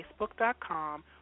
facebook.com